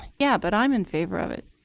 yeah but i'm in favor of it.